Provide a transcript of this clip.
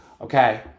okay